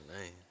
name